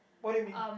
what you mean